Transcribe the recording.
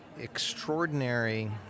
extraordinary